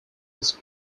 was